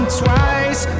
twice